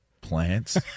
Plants